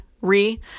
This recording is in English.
re